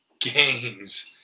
games